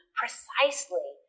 precisely